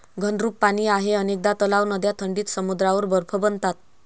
घनरूप पाणी आहे अनेकदा तलाव, नद्या थंडीत समुद्रावर बर्फ बनतात